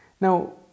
Now